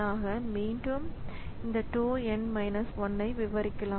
ஆக மீண்டும் இந்த tau n 1 ஐ விரிவாக்கலாம்